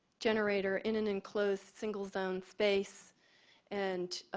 generator in an enclosed single zone space and